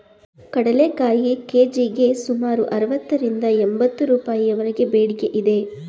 ಕಡಲೆಕಾಯಿ ಕೆ.ಜಿಗೆ ಸುಮಾರು ಅರವತ್ತರಿಂದ ಎಂಬತ್ತು ರೂಪಾಯಿವರೆಗೆ ಬೇಡಿಕೆ ಇದೆ